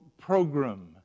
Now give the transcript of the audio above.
program